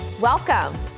Welcome